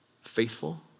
Faithful